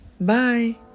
Bye